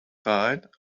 died